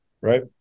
right